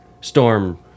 storm